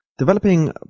Developing